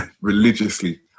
Religiously